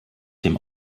dem